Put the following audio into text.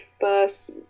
first